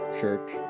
Church